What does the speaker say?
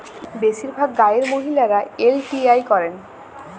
বেশিরভাগ গাঁয়ের মহিলারা এল.টি.আই করেন